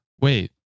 Wait